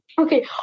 okay